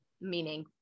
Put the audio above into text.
meaning